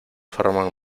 forman